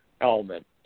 element